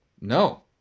no